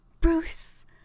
Bruce